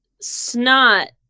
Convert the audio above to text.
snot